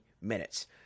minutes